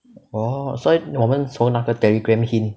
orh 所以我们从那个 Telegram hint